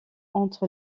entre